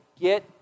get